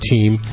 Team